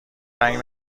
رنگ